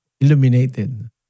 illuminated